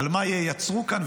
על מה ייצרו כאן,